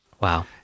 Wow